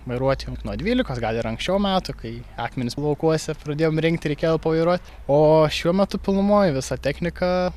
vairuot jau nuo dvylikos gal ir anksčiau metų kai akmenis laukuose pradėjom rinkti reikėjo pavairuot o šiuo metu pilnumoj visa technika